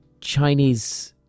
Chinese